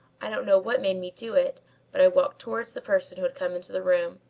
i don't know what made me do it but i walked towards the person who had come into the room.